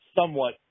somewhat